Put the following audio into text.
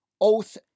oath